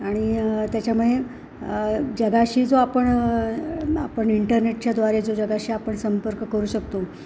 आणि त्याच्यामुळे जगाशी जो आपण आपण इंटरनेटच्याद्वारे जो जगाशी आपण संपर्क करू शकतो